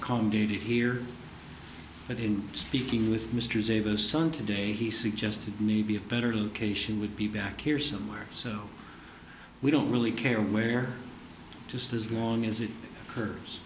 accommodated here but in speaking with mr davis son today he suggested maybe a better location would be back here somewhere so we don't really care where just as long as it cur